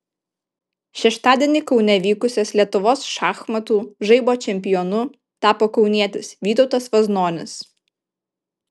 šeštadienį kaune vykusias lietuvos šachmatų žaibo čempionu tapo kaunietis vytautas vaznonis